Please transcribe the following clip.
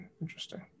Interesting